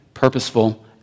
purposeful